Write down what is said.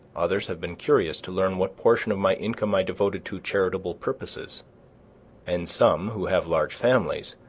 others have been curious to learn what portion of my income i devoted to charitable purposes and some, who have large families,